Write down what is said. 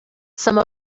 some